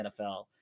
NFL